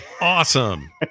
Awesome